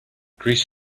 greece